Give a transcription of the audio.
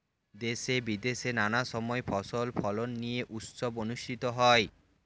দেশে বিদেশে নানা সময় ফসল ফলন নিয়ে উৎসব অনুষ্ঠিত হয়